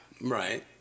right